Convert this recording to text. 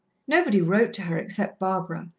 nobody wrote to her except barbara,